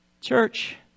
church